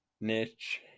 niche